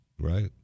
right